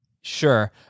Sure